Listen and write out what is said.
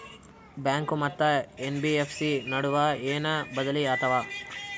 Bank ಮತ್ತ NBFC ನಡುವ ಏನ ಬದಲಿ ಆತವ?